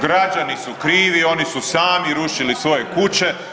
Građani su krivi, oni su sami rušili svoje kuće.